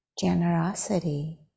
generosity